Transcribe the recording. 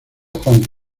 hong